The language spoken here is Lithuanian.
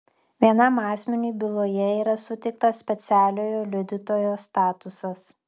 vienam asmeniui byloje yra suteiktas specialiojo liudytojo statusas